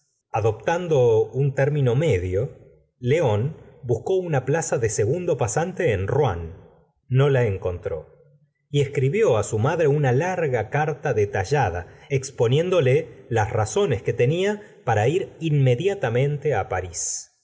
adoptando un término medio león buscó una plaza de segundo pasante en rouen no la encontró y escribió a su madre una larga carta detallada exponiéndole las razones que tenía para jr inmediatamente a parís